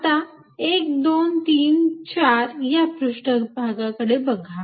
आता 1 2 3 4 या पृष्ठभागाकडे बघा